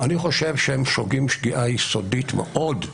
אני חושב שהם שוגים שגיאה יסודית מאוד.